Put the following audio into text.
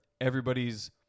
everybody's